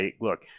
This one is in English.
look